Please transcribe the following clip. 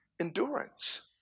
endurance